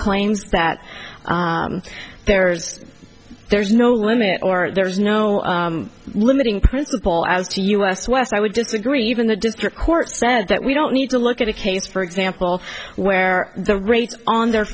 claims that there's there's no limit or there's no limiting principle as to us west i would disagree even the district court said that we don't need to look at a case for example where the rates on their